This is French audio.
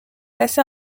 assez